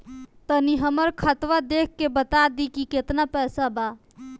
तनी हमर खतबा देख के बता दी की केतना पैसा बा?